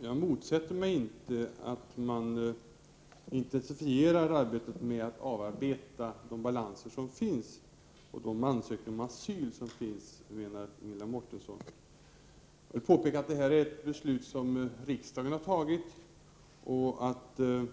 Fru talman! Jag motsätter mig inte att man intensifierar arbetet med att avarbeta de balanser och de ansökningar om asyl som finns. Jag vill påpeka att det är ett beslut som riksdagen har fattat, och det